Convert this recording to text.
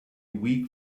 weak